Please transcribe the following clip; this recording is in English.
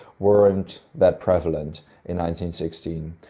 weren't that prevalent in nineteen-sixteen.